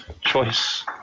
choice